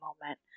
moment